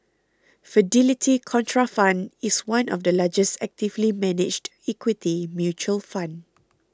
Fidelity Contrafund is one of the largest actively managed equity mutual fund